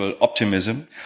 optimism